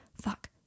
fuck